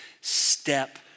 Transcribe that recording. step